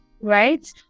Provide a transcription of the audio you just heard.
right